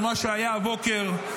על מה שהיה הבוקר.